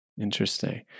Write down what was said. Interesting